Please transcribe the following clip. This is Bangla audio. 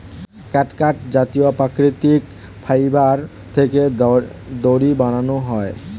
ক্যাটগাট জাতীয় প্রাকৃতিক ফাইবার থেকে দড়ি বানানো হয়